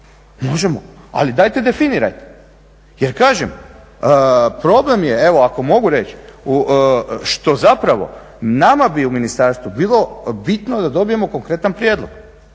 Možemo, ali dajte definirajte. Jer kažem, problem je evo ako mogu reći što zapravo nama bi u ministarstvu bilo bitno da dobijemo konkretan prijedlog.